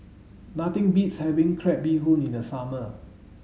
nothing beats having crab bee hoon in the summer